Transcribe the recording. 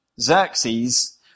Xerxes